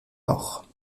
nord